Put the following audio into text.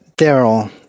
Daryl